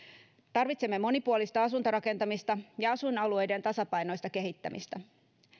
tarvitsemme monipuolista asuntorakentamista ja asuinalueiden tasapainoista kehittämistä